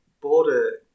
border